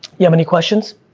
you have any questions?